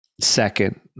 second